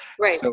Right